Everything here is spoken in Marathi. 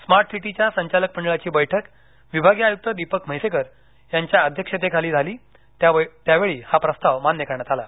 स्मार्ट सिटीच्या संचालक मंडळाची बळ्क विभागीय ायुक्त दीपक म्हस्क्रिर यांच्या अध्यक्षतेखाली झालीत्यावेळी हा प्रस्ताव मान्य करण्यात ा ला